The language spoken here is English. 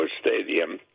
Stadium